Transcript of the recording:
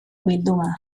bilduma